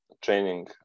training